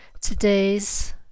today's